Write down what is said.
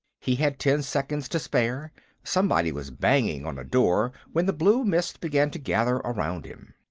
he had ten seconds to spare somebody was banging on a door when the blue mist began to gather around him.